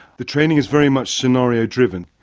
the training is very much scenario-driven,